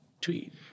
tweet